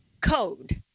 code